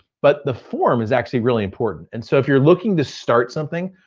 but the form is actually really important. and so if you're looking to start something,